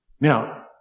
Now